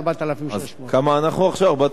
אז כמה אנחנו עכשיו, 4,300 שקלים?